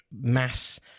mass